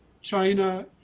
China